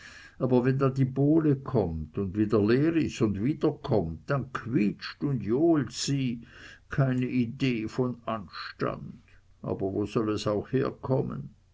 aber wenn dann die bowle kommt und wieder leer is und wieder kommt dann quietscht und johlt sie keine idee von anstand aber wo soll es auch herkommen